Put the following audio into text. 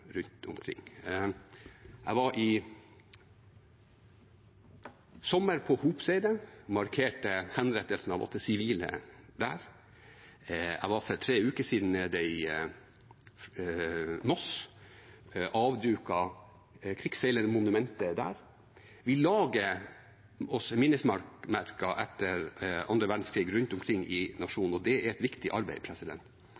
rundt omkring. I sommer var jeg på Hopseidet og markerte henrettelsen av seks sivile der. For tre uker siden var jeg nede i Moss og avduket krigsseilermonumentet der. Vi lager oss minnesmerker etter annen verdenskrig rundt omkring i